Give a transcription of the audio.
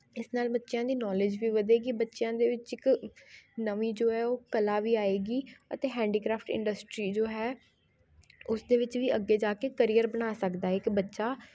ਇਸ ਨਾਲ ਬੱਚਿਆਂ ਦੀ ਨੌਲੇਜ ਵੀ ਵਧੇਗੀ ਬੱਚਿਆਂ ਦੇ ਵਿੱਚ ਇੱਕ ਨਵੀਂ ਜੋ ਹੈ ਉਹ ਕਲਾ ਵੀ ਆਏਗੀ ਅਤੇ ਹੈਂਡੀਕ੍ਰਾਫਟ ਇੰਡਸਟਰੀ ਜੋ ਹੈ ਉਸਦੇ ਵਿੱਚ ਵੀ ਅੱਗੇ ਜਾ ਕੇ ਕਰੀਅਰ ਬਣਾ ਸਕਦਾ ਏ ਇੱਕ ਬੱਚਾ